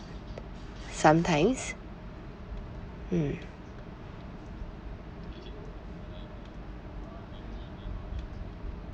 sometimes mm